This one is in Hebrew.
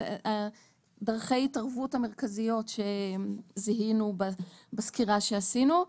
דרכי ההתערבות המרכזיות שזיהינו בסקירה שעשינו.